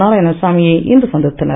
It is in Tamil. நாராயணசாமியை இன்று சந்தித்தனர்